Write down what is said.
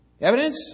Evidence